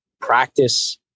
practice